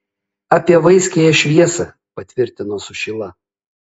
apie vaiskiąją šviesą patvirtino sušyla